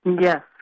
Yes